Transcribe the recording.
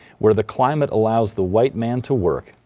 where the climate allows the white man to work,